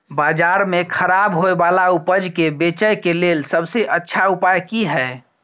बाजार में खराब होय वाला उपज के बेचय के लेल सबसे अच्छा उपाय की हय?